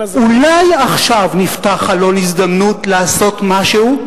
אולי עכשיו נפתח חלון הזדמנות לעשות משהו?